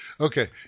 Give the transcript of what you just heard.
Okay